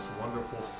wonderful